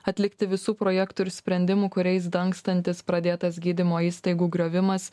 atlikti visų projektų ir sprendimų kuriais dangstantis pradėtas gydymo įstaigų griovimas